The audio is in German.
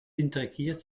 integriert